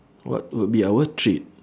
what would be our [what] treat